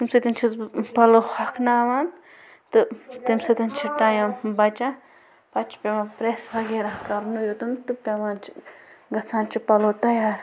تَمہِ سۭتۍ چھَس بہٕ پَلَو ہۄکھناوان تہٕ تَمہِ سۭتۍ چھِ ٹایِم بچان پَتہٕ چھِ پٮ۪وان پرٛٮ۪س وغیرہ کَرُن یوٚتَن تہٕ پٮ۪وان چھِ گژھان چھِ پَلَو تیار